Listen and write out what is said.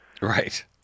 Right